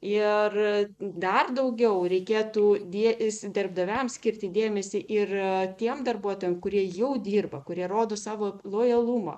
ir dar daugiau reikėtų dė si darbdaviams skirti dėmesį ir tiem darbuotojam kurie jau dirba kurie rodo savo lojalumą